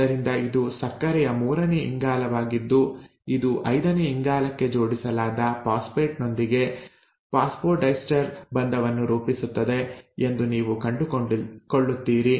ಆದ್ದರಿಂದ ಇದು ಸಕ್ಕರೆಯ ಮೂರನೇ ಇಂಗಾಲವಾಗಿದ್ದು ಇದು ಐದನೇ ಇಂಗಾಲಕ್ಕೆ ಜೋಡಿಸಲಾದ ಫಾಸ್ಫೇಟ್ ನೊಂದಿಗೆ ಫಾಸ್ಫೊಡೈಸ್ಟರ್ ಬಂಧವನ್ನು ರೂಪಿಸುತ್ತದೆ ಎಂದು ನೀವು ಕಂಡುಕೊಳ್ಳುತ್ತೀರಿ